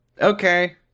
Okay